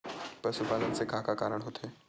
पशुपालन से का का कारण होथे?